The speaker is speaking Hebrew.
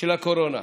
של הקורונה.